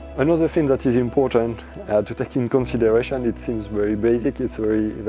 another thing that is important to take into consideration, it seems very basic, it's very,